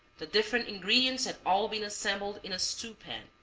the different ingredients had all been assembled in a stewpan,